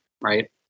right